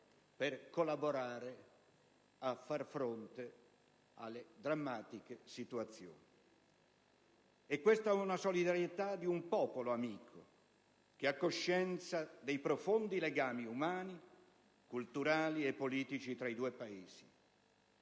per contribuire a far fronte alle drammatiche situazioni determinatesi. È questa la solidarietà di un popolo amico che ha coscienza dei profondi legami umani, culturali e politici tra i due Paesi: